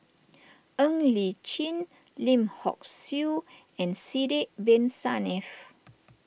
Ng Li Chin Lim Hock Siew and Sidek Bin Saniff